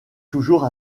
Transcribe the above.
toujours